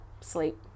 sleep